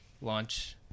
launch